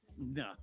No